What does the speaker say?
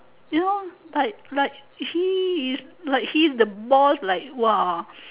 you know like like he is like he is the boss like !wah!